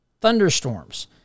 thunderstorms